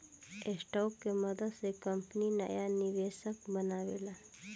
stock के मदद से कंपनी नाया निवेशक बनावेला